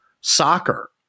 soccer